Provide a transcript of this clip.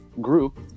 group